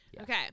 Okay